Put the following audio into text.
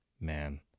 Man